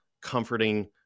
comforting